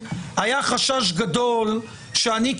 היה חשש גדול שאני,